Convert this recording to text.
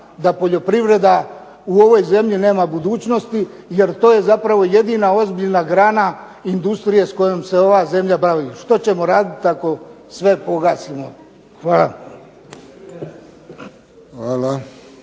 da poljoprivreda u ovoj zemlji nema budućnosti, jer to je zapravo jedina ozbiljna grana industrije s kojom se ova zemlja bavi. Što ćemo raditi ako sve pogasimo? Hvala.